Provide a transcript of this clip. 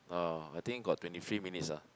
uh I think got twenty three minutes ah